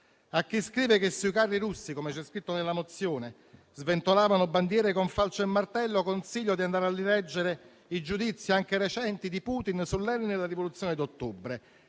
A chi scrive che sui carri russi, come c'è scritto nella mozione, sventolavano bandiere con falce e martello consiglio di andare a rileggere i giudizi anche recenti di Putin su Lenin e la Rivoluzione d'ottobre.